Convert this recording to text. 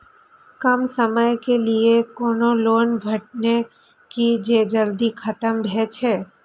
कम समय के लीये कोनो लोन भेटतै की जे जल्दी खत्म भे जे?